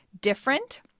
different